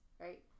right